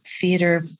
theater